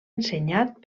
ensenyat